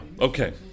Okay